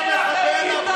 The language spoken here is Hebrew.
אין לכם יתרון.